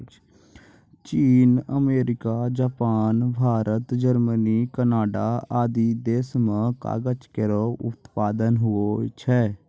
चीन, America, Japan, Bharat, Germany, Canada आदि देस म कागज केरो उत्पादन होय छै